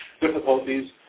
difficulties